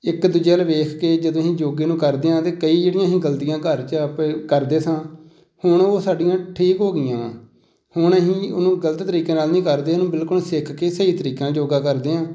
ਇੱਕ ਦੂਜੇ ਵੱਲ ਵੇਖ ਕੇ ਜਦੋਂ ਅਸੀਂ ਯੋਗੇ ਨੂੰ ਕਰਦੇ ਹਾਂ ਅਤੇ ਕਈ ਜਿਹੜੀਆਂ ਅਸੀਂ ਗਲਤੀਆਂ ਘਰ 'ਚ ਆਪ ਕਰਦੇ ਸੀ ਹੁਣ ਉਹ ਸਾਡੀਆਂ ਠੀਕ ਹੋ ਗਈਆਂ ਵਾ ਹੁਣ ਅਸੀਂ ਉਹਨੂੰ ਗਲਤ ਤਰੀਕੇ ਨਾਲ ਨਹੀਂ ਕਰਦੇ ਉਹਨੂੰ ਬਿਲਕੁਲ ਸਿੱਖ ਕੇ ਸਹੀ ਤਰੀਕੇ ਨਾਲ ਯੋਗਾ ਕਰਦੇ ਹਾਂ